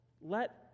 Let